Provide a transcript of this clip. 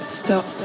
stop